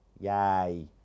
Yay